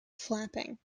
flapping